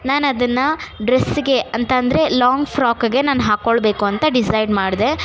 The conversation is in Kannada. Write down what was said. ನಾನು ಅದನ್ನು ಡ್ರೆಸ್ಗೆ ಅಂತೆಂದ್ರೆ ಲಾಂಗ್ ಫ್ರಾಕಗೆ ನಾನು ಹಾಕ್ಕೊಳಬೇಕು ಅಂತ ಡಿಸೈಡ್ ಮಾಡ್ದೆ